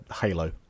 Halo